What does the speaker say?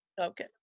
okay